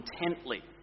intently